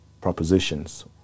propositions